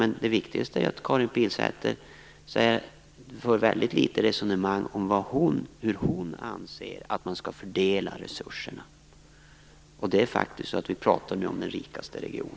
Men det viktigaste är att Karin Pilsäter för väldigt litet resonemang om hur hon anser att man skall fördela resurserna. Det är faktiskt den rikaste regionen vi pratar om.